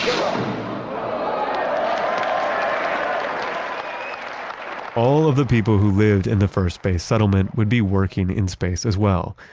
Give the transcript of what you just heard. um all of the people who lived in the first space settlement would be working in space as well,